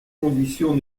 conditions